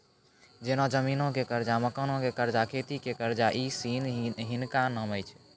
जेना जमीनो के कर्जा, मकानो के कर्जा, खेती के कर्जा इ सिनी हिनका नामे छै